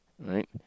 Right